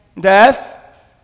Death